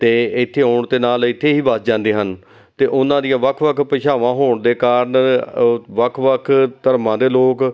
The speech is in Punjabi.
ਅਤੇ ਇੱਥੇ ਆਉਣ ਅਤੇ ਨਾਲ ਇੱਥੇ ਹੀ ਵੱਸ ਜਾਂਦੇ ਹਨ ਅਤੇ ਉਹਨਾਂ ਦੀਆਂ ਵੱਖ ਵੱਖ ਭਾਸ਼ਾਵਾਂ ਹੋਣ ਦੇ ਕਾਰਨ ਅ ਵੱਖ ਵੱਖ ਧਰਮਾਂ ਦੇ ਲੋਕ